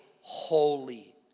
holy